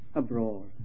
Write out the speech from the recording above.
abroad